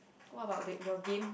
what about it your game